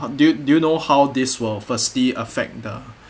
ho~ do you do you know how this will firstly affect the